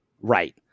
right